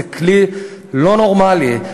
זה כלי לא נורמלי,